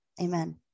Amen